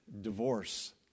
divorce